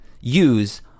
use